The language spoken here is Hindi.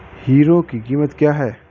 हीरो की कीमत क्या है?